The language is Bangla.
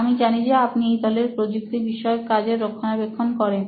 আমি জানি যে আপনি এই দলে প্রযুক্তিবিষয়ক কাজের রক্ষণাবেক্ষণ করেন